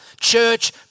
church